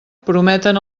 prometen